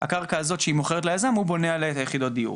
הקרקע הזאת שאותה היא מוכרת ליזם הוא בונה עליה את יחידות הדיור.